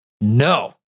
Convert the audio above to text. No